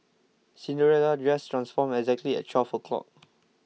Cinderella's dress transformed exactly at twelve o' clock